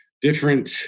different